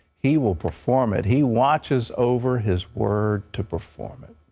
he will perform it. he watches over his word to perform it.